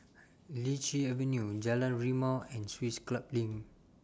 Lichi Avenue Jalan Rimau and Swiss Club LINK